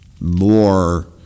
more